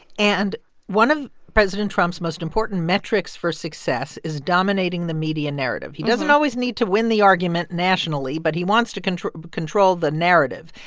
and one of president trump's most important metrics for success is dominating the media narrative. he doesn't always need to win the argument nationally, but he wants to control control the narrative.